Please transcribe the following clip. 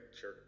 Sure